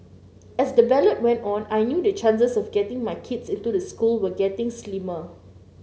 as the ballot went on I knew the chances of getting my kids into the school were getting slimmer